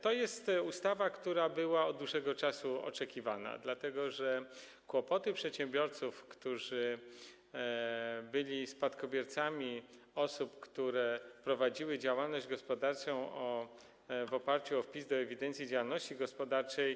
To jest ustawa, która była od dłuższego czasu oczekiwana, dlatego że pojawiły się kłopoty przedsiębiorców, którzy byli spadkobiercami osób, które prowadziły działalność gospodarczą w oparciu o wpis do ewidencji działalności gospodarczej.